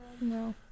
No